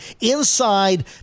Inside